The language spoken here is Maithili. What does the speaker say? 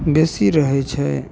बेसी रहै छै